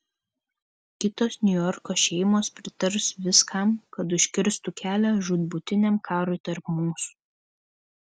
kitos niujorko šeimos pritars viskam kad užkirstų kelią žūtbūtiniam karui tarp mūsų